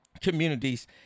communities